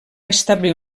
establir